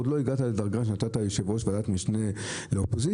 עוד לא הגעת לדרגה שנתת יושב-ראש ועדת משנה לאופוזיציה,